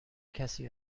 کسی